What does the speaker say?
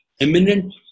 eminent